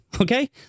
okay